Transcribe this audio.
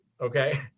okay